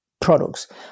products